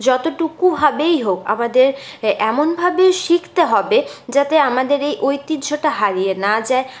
যতোটুকুভাবেই হোক আমাদের এমনভাবেই শিখতে হবে যাতে আমাদের এই ঐতিহ্যটা হারিয়ে না যায়